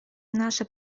наше